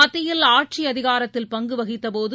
மத்தியில் ஆட்சி அதிகாரத்தில் பங்கு வகித்தபோது